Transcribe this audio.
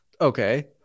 okay